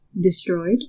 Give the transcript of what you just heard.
destroyed